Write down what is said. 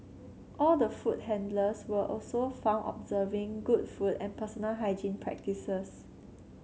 all the food handlers will also found observing good food and personal hygiene practices